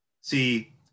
see